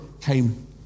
came